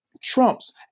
trumps